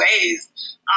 ways